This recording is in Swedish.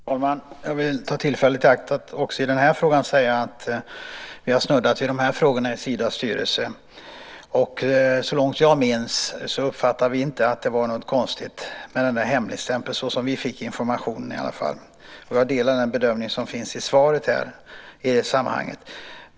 Herr talman! Jag vill ta tillfället i akt och också i denna fråga säga att vi i Sidas styrelse snuddat vid de här frågorna. Så långt jag minns uppfattade vi inte att det var något konstigt med hemligstämpeln, i alla fall inte såsom vi fick informationen. Jag delar också den bedömning som ges i svaret i det sammanhanget.